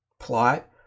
plot